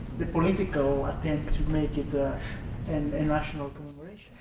the political attempt to make it a and national commemoration.